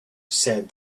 said